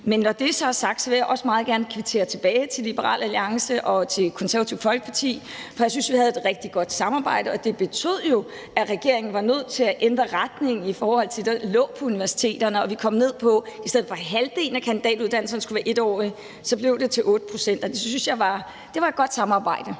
Men når det så er sagt, vil jeg også meget gerne kvittere tilbage til Liberal Alliance og til Det Konservative Folkeparti, for jeg synes, vi havde et rigtig godt samarbejde, og det betød jo, at regeringen var nødt til at ændre retning i forhold til det, der lå til universiteterne, og vi kom ned på, at det i stedet for, at halvdelen af kandidatuddannelserne skulle være 1-årige, så blev 8 pct. Det synes jeg var et godt samarbejde.